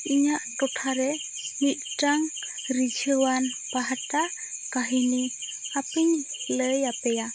ᱤᱧᱟᱹᱜ ᱴᱚᱴᱷᱟ ᱨᱮ ᱢᱤᱫᱴᱟᱝ ᱨᱤᱡᱷᱟᱣᱟᱱ ᱯᱟᱦᱴᱟ ᱠᱟᱹᱦᱤᱱᱤ ᱟᱯᱮᱤᱧ ᱞᱟᱹᱭ ᱟᱯᱮᱭᱟ